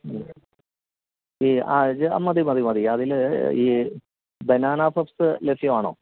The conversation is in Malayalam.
മ് ഈ ആ മതി മതി മതി അതില് ഈ ബനാന പഫ്സ് ലഭ്യമാണോ